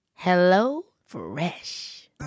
HelloFresh